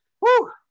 Woo